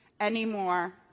anymore